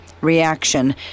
reaction